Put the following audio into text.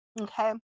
okay